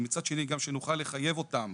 מצד שני גם שנוכל לחייב אותם